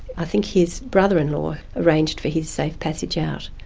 i think his brother-in-law arranged for his safe passage out.